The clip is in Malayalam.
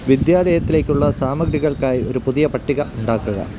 വിദ്യാലയത്തിലേക്കുള്ള സാമഗ്രികൾക്കായി ഒരു പുതിയ പട്ടിക ഉണ്ടാക്കുക